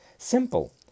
Simple